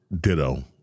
ditto